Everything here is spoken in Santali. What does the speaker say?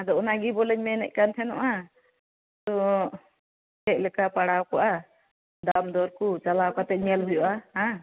ᱟᱫᱚ ᱚᱱᱟ ᱜᱮ ᱵᱚᱞᱮᱧ ᱢᱮᱱᱮᱫ ᱠᱟᱱ ᱛᱟᱦᱮᱱᱚᱜᱼᱟ ᱛᱚ ᱪᱮᱫ ᱞᱮᱠᱟ ᱯᱟᱲᱟᱣ ᱠᱚᱜᱼᱟ ᱫᱟᱢ ᱫᱚᱨ ᱠᱚ ᱪᱟᱞᱟᱣ ᱠᱟᱛᱮᱫ ᱧᱮᱞ ᱦᱩᱭᱩᱜᱼᱟ ᱦᱮᱸ